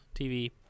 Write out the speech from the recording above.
TV